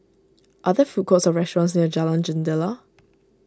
are there food courts or restaurants near Jalan Jendela